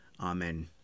Amen